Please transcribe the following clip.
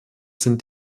sind